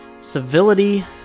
civility